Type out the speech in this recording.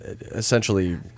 essentially